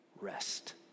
rest